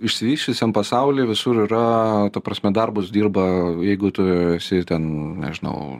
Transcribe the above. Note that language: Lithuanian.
išsivysčiusiam pasauly visur yra ta prasme darbus dirba jeigu tu esi ten nežinau